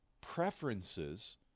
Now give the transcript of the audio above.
preferences